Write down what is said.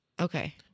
Okay